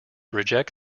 reject